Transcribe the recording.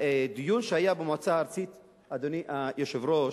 בדיון שהיה במועצה הארצית, אדוני היושב-ראש,